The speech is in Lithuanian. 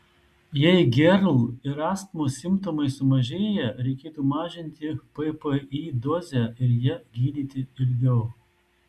jei gerl ir astmos simptomai sumažėja reikėtų mažinti ppi dozę ir ja gydyti ilgiau